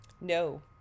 No